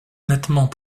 nettement